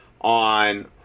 on